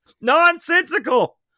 Nonsensical